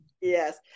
Yes